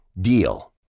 DEAL